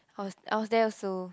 I was I was there also